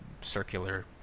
circular